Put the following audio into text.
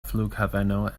flughaveno